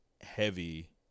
heavy